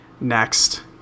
Next